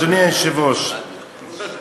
אדוני היושב-ראש,